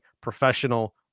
professional